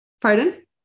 Pardon